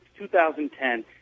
2010